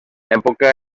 època